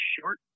short